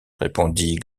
répondit